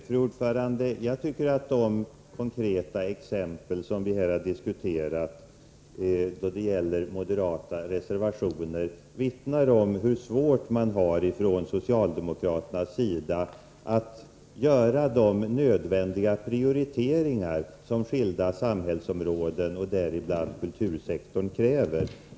Fru talman! Jag tycker att de konkreta exempel som vi har diskuterat vad gäller moderata reservationer vittnar om hur svårt socialdemokraterna har att göra de nödvändiga prioriteringar som skilda samhällsområden och däribland kultursektorn kräver.